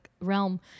realm